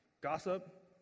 gossip